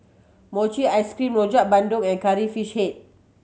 mochi ice cream Rojak Bandung and Curry Fish Head